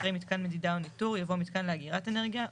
אחרי "מיתקן מדידה או ניטור" יבוא "מיתקן לאגירת אנרגיה,